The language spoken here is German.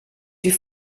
die